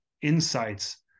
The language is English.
insights